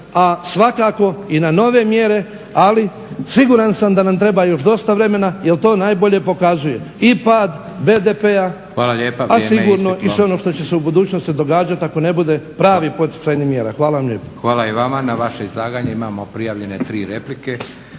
A svakako i na nove mjere, ali siguran sam da nam treba još dosta vremena jer to najbolje pokazuje i pad BDP-a, a sigurno i sve ono što će se u budućnosti događati ako ne bude pravih poticajnih mjera. Hvala vam lijepo. **Leko, Josip (SDP)** Hvala i vama. Na vaše izlaganje imamo prijavljene 3 replike.